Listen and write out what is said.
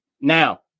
Now